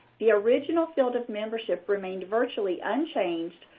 the original field of membership remained virtually unchanged,